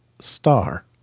star